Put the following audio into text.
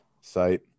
site